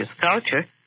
culture